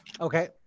Okay